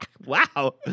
Wow